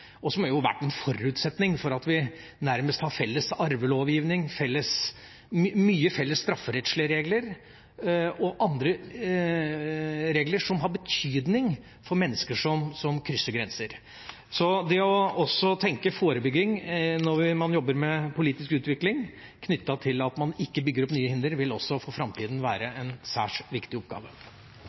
og som har vært en forutsetning for at vi nærmest har felles arvelovgivning, mange felles strafferettslige regler og andre regler som har betydning for mennesker som krysser grenser. Det også å tenke forebygging når man jobber med politisk utvikling, knyttet til at man ikke bygger opp nye hindre, vil også for framtida være en særs viktig oppgave.